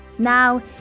Now